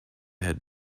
had